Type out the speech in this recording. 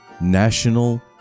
national